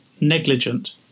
negligent